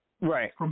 Right